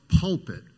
Pulpit